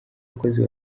bakozi